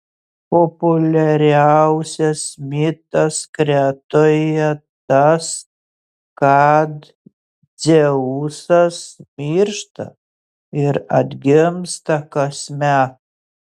populiariausias mitas kretoje tas kad dzeusas miršta ir atgimsta kasmet